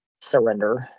Surrender